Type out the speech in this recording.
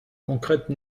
concrète